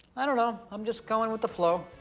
i don't know, i'm just going with the flow,